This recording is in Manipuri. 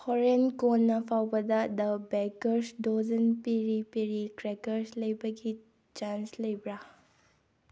ꯍꯣꯔꯦꯟ ꯀꯣꯟꯅ ꯐꯥꯎꯕꯗ ꯗ ꯕꯦꯀꯔꯁ ꯗꯖꯟ ꯄꯦꯔꯤ ꯄꯦꯔꯤ ꯀ꯭ꯔꯦꯛꯀꯔ ꯂꯥꯛꯄꯒꯤ ꯆꯥꯟꯁ ꯂꯩꯕ꯭ꯔꯥ